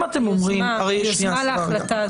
אם אתם אומרים --- היוזמה להחלטה,